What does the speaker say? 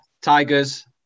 Tigers